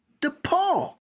DePaul